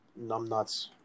numbnuts